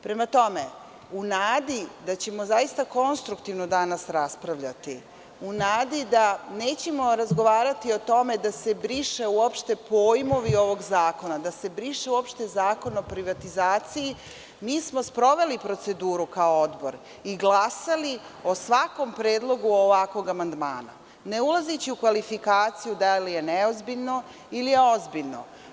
Prema tome, u nadi da ćemo zaista konstruktivno danas raspravljati, u nadi da nećemo razgovarati o tome da se brišu uopšte pojmovi ovog zakona, da se uopšte briše Zakon o privatizaciji, mi smo sproveli proceduru kao Odbor i glasali o svakom predlogu ovakvog amandmana ne ulazeći u kvalifikaciju da li je neozbiljno ili je ozbiljno.